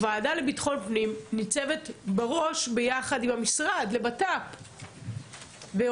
והוועדה לביטחון פנים ניצבת בראש ביחד עם המשרד לבט"פ ועושה